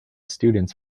students